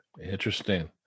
Interesting